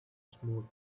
smooth